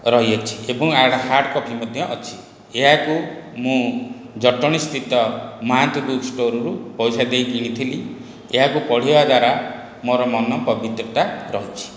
ରହିଅଛି ଏବଂ ଆଡ଼ ହାର୍ଡ଼ କପି ମଧ୍ୟ ଅଛି ଏହାକୁ ମୁଁ ଜଟଣୀସ୍ଥିତ ମହାନ୍ତି ବୁକ୍ ଷ୍ଟୋରରୁ ପଇସା ଦେଇ କିଣିଥିଲି ଏହାକୁ ପଢ଼ିବା ଦ୍ୱାରା ମୋର ମନ ପବିତ୍ରତା ରହିଛି